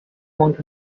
want